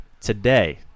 today